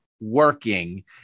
working